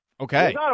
Okay